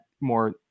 more